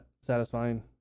satisfying